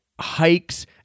hikes